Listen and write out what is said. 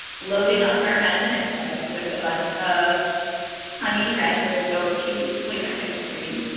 loading up our imagineif bike with a bunch of honey raspberry goat cheese flavored ice cream,